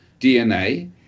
DNA